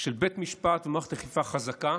של בית משפט ומערכת אכיפה חזקה